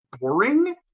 boring